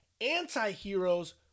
Anti-heroes